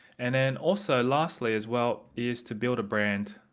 and then also lastly as well is to build a brand.